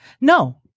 no